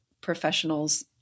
professionals